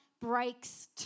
breaks